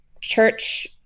church